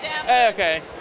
okay